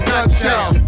Nutshell